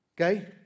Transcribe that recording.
Okay